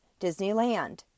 Disneyland